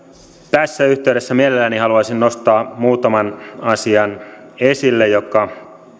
tässä yhteydessä mielelläni haluaisin nostaa esille muutaman asian joka